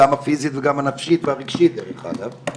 גם הפיזית וגם הנפשית הרגשית דרך אגב.